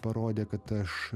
parodė kad aš